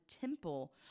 temple